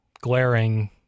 glaring